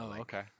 okay